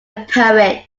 poet